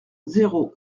zéro